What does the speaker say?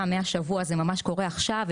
שמהשבוע זה ממש קורה עכשיו,